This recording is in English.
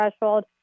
threshold